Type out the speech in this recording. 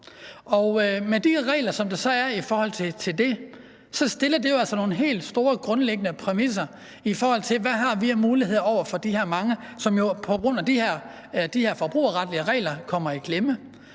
med de regler, som der så er i forhold til det, stiller det jo altså nogle helt store grundlæggende præmisser i forhold til, hvad vi har af muligheder over for de her mange, som jo på grund af de her forbrugerretlige regler kommer i klemme.